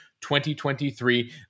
2023